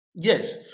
Yes